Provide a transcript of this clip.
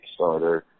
Kickstarter